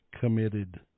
committed